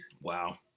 Wow